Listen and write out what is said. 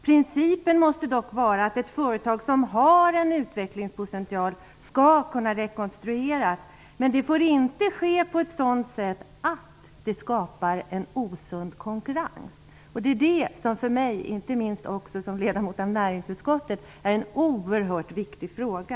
Principen måste dock vara att ett företag som har en utvecklingspotential skall kunna rekonstrueras, men det får inte ske på ett sådant sätt att det skapar en osund konkurrens. Detta är för mig, som är ledamot av näringsutskottet, en oerhört viktig fråga.